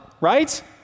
right